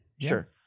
Sure